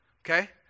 okay